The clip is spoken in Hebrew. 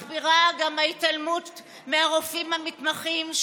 מחפירה גם ההתעלמות מהרופאים המתמחים,